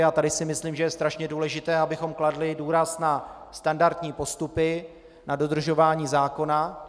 A tady si myslím, že je strašně důležité, abychom kladli důraz na standardní postupy, na dodržování zákona.